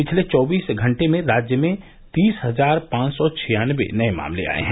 पिछले चौबीस घंटे में राज्य में तीस हजार पांच सौ छियान्नबे नये मामले आये हैं